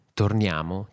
torniamo